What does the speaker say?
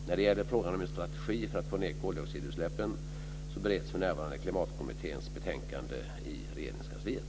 När det gäller frågan om en strategi för att få ned koldioxidutsläppen så bereds för närvarande Klimatkommitténs betänkande i Regeringskansliet.